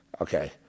Okay